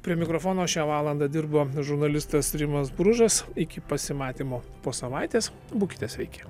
prie mikrofono šią valandą dirbo žurnalistas rimas bružas iki pasimatymo po savaitės būkite sveiki